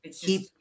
keep